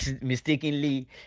mistakenly